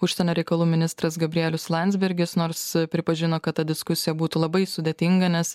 užsienio reikalų ministras gabrielius landsbergis nors pripažino kad ta diskusija būtų labai sudėtinga nes